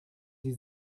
sie